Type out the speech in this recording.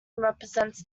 represents